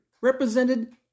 represented